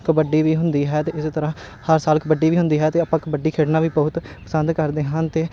ਕਬੱਡੀ ਵੀ ਹੁੰਦੀ ਹੈ ਅਤੇ ਇਸੇ ਤਰ੍ਹਾਂ ਹਰ ਸਾਲ ਕਬੱਡੀ ਵੀ ਹੁੰਦੀ ਹੈ ਅਤੇ ਆਪਾਂ ਕਬੱਡੀ ਖੇਡਣਾ ਵੀ ਬਹੁਤ ਪਸੰਦ ਕਰਦੇ ਹਨ ਅਤੇ